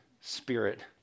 spirit